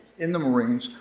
in the marines,